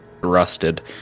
rusted